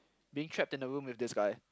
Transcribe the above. being trapped in a room with this guy